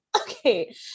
Okay